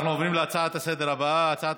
אנחנו עוברים להצעה הבאה, הצעה